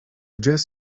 just